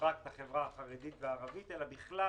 רק את החברה החרדית והערבית אלא בכלל